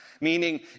meaning